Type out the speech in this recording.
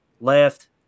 left